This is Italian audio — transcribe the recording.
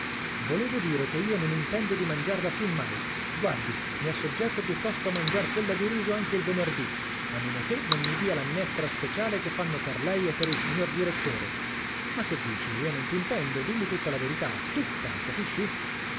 volevo dire che io non intendo di mangiarla più mai uardi i assoggetto piuttosto a mangiar quella di riso anche il venerdì a meno che non mi dia la minestra speciale che fanno per lei e per il signor direttore ma che dici io non t'intendo dimmi tutta la verità tutta capisci